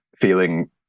feeling